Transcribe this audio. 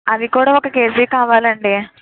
అవి కూడా ఒక కేజీ కావాలండి